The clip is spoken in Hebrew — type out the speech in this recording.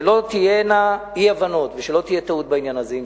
שלא תהיינה אי-הבנות ושלא תהיה טעות בעניין הזה.